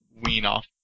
wean-off